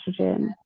estrogen